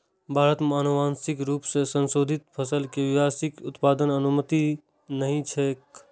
भारत मे आनुवांशिक रूप सं संशोधित फसल के व्यावसायिक उत्पादनक अनुमति नहि छैक